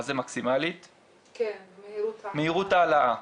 מהירות העלאה.